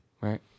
right